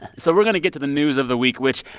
so we're going to get to the news of the week, which,